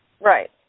Right